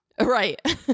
right